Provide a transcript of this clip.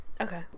Okay